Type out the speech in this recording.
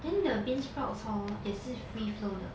then the beansprouts hor 也是 free flow 的